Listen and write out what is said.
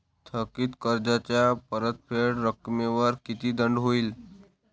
थकीत कर्जाच्या परतफेड रकमेवर किती दंड होईल?